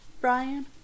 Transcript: Brian